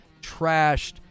trashed